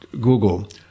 google